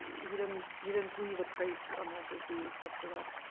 he didn't didn't leave a trace on the fsb except for that,